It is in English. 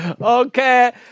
Okay